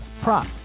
prop